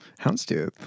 Houndstooth